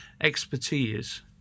expertise